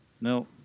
no